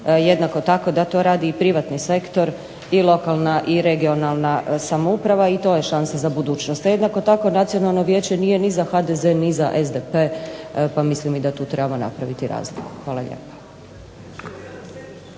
jednako tako da to rade i privatni sektor i lokalna i regionalna samouprava. I to je šansa budućnost. A jednako tako Nacionalno vijeće nije za HDZ, ni SDP pa mislim da i tu trebamo napraviti razliku. Hvala lijepa.